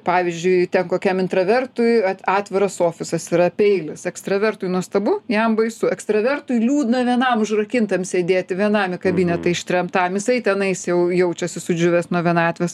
pavyzdžiui kokiam intravertui atviras ofisas yra peilis ekstravertui nuostabu jam baisu ekstravertui liūdna vienam užrakintam sėdėti vienam į kabinetą ištremtam jisai tenais jau jaučiasi sudžiūvęs nuo vienatvės